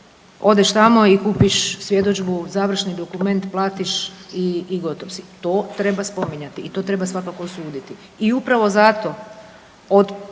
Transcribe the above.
odeš tamo i kupiš svjedodžbu, završni dokument platiš i gotov si. To treba spominjati i to treba svakako osuditi. I upravo zato od